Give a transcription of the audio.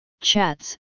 chats